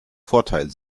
vorteil